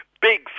Big